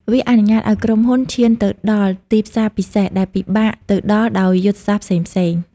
វាអនុញ្ញាតឱ្យក្រុមហ៊ុនឈានទៅដល់ទីផ្សារពិសេស ដែលពិបាកទៅដល់ដោយយុទ្ធសាស្ត្រផ្សេងៗ។